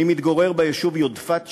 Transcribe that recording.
אני מתגורר ביישוב יודפת שבגליל,